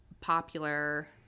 popular –